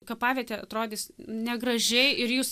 kapavietė atrodys negražiai ir jūs